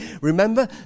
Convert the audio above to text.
Remember